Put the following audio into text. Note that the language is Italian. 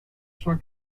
sua